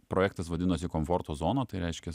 projektas vadinosi komforto zona tai reiškias